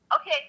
Okay